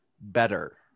better